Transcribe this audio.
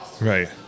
right